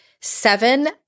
seven